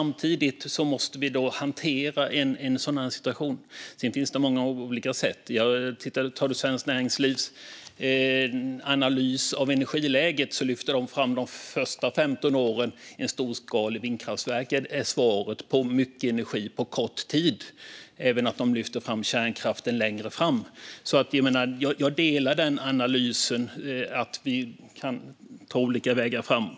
Då måste vi kunna hantera situationen med kärnkraft. Sedan finns det många olika sätt. I Svenskt Näringslivs analys av energiläget lyfts de första 15 åren fram. Där är storskalig vindkraft svaret på mycket energi på kort tid, även om man också lyfter fram kärnkraften längre fram. Jag delar analysen att vi kan ta olika vägar framåt.